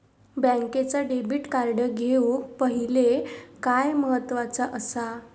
बँकेचा debit card घेउक पाहिले काय महत्वाचा असा?